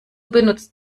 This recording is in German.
benutzt